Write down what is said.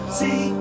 see